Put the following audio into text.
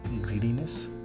greediness